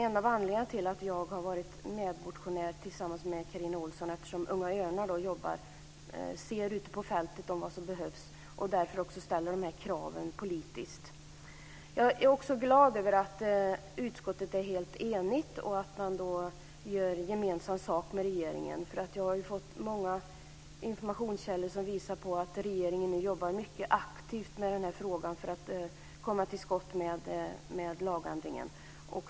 En av anledningarna till att jag är medmotionär är just att vi i Unga Örnar ute på fältet ser vad som behövs. Därför ställer vi de här kraven politiskt. Jag är också glad över att utskottet är helt enigt och över att man gör gemensam sak med regeringen. Många informationskällor visar att regeringen nu jobbar mycket aktivt med frågan för att komma till skott med en lagändring.